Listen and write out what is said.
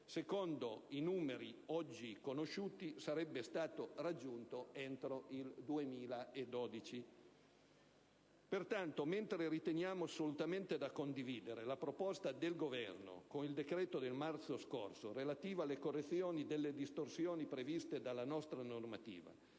secondo i numeri oggi conosciuti sarebbe raggiunto entro il 2012. Pertanto, mentre riteniamo assolutamente da condividere la proposta del Governo, con il decreto del marzo scorso relativo alle correzioni delle distorsioni risultanti dalla nostra normativa